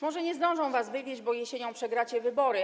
Może nie zdążą was wywieźć, bo jesienią przegracie wybory.